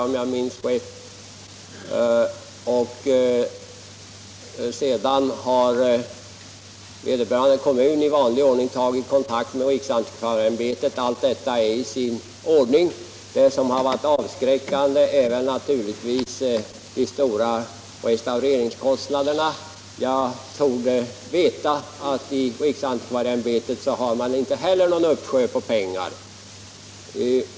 Vederbörande kommun har sedan i vanlig ordning tagit kontakt med riksantikvarieämbetet: Allt detta är i sin ordning. Det som verkar avskräckande är naturligtvis de stora restaureringskostnaderna. Såvitt jag förstår har inte heller riksantikvarieämbetet någon uppsjö på pengar.